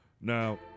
Now